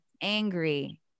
angry